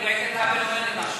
אני לא סיימתי.